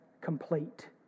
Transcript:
complete